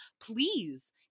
please